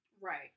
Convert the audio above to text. right